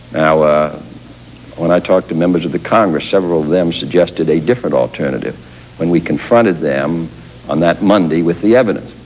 when i talk to members of the congress, several of them suggested a different alternative when we confronted them on that monday with the evidence.